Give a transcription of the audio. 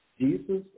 Jesus